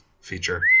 feature